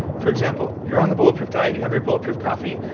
for example, you're on the bulletproof diet, you have your bulletproof coffee,